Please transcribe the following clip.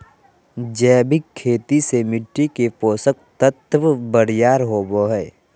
जैविक खेती से मिट्टी के पोषक तत्व बरियार होवो हय